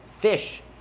fish